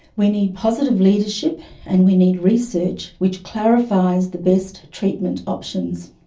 we need positive leadership and we need research, which clarifies the best treatment options.